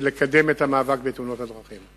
לקדם את המאבק בתאונות הדרכים.